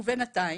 ובינתיים,